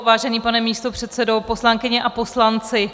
Vážený pane místopředsedo, poslankyně a poslanci...